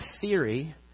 theory